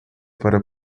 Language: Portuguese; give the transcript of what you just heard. para